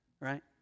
right